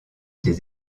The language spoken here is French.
des